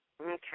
Okay